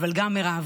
אבל גם מירב.